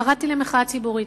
קראתי למחאה ציבורית,